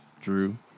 Drew